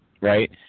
right